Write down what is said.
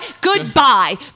goodbye